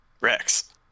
Rex